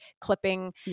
clipping